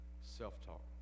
Self-talk